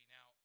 Now